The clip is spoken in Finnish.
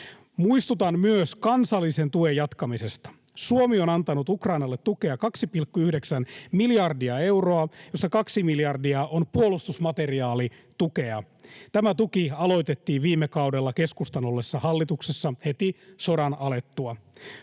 Muistutan myös kansallisen tuen jatkamisesta. Suomi on antanut Ukrainalle tukea 2,9 miljardia euroa, josta 2 miljardia on puolustusmateriaalitukea. Tämä tuki aloitettiin viime kaudella keskustan ollessa hallituksessa heti sodan alettua.